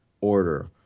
order